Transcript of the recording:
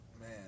Man